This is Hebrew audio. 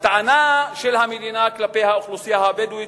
הטענה של המדינה כלפי האוכלוסייה הבדואית,